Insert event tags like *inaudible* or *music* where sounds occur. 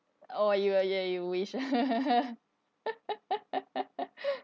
oh you are ya you wish *laughs*